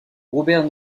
robert